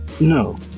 No